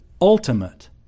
ultimate